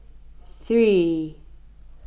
three